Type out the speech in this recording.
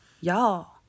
Y'all